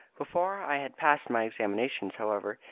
before i had passed my examinations, however,